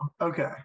Okay